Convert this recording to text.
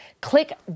Click